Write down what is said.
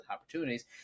opportunities